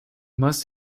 must